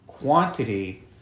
quantity